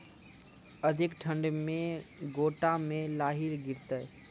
अधिक ठंड मे गोटा मे लाही गिरते?